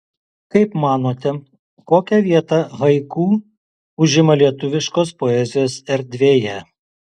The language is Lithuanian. kaip manote kokią vietą haiku užima lietuviškos poezijos erdvėje